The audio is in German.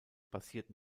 basiert